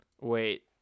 Wait